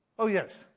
oh yes,